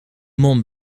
mont